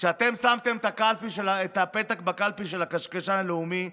כשאתם שמתם את הפתק של הקשקשן הלאומי בקלפי,